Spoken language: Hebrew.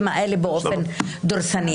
הייתי באמצע הדברים.